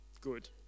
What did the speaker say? Good